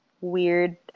weird